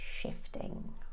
Shifting